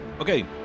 Okay